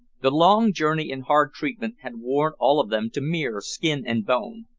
the long journey and hard treatment had worn all of them to mere skin and bone,